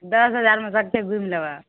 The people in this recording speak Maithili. दस हजारमे सभ चीज घुमि लेबय